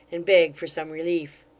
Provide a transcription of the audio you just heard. and beg for some relief.